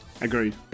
Agreed